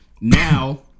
Now